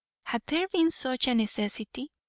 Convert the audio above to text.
had there been such a necessity?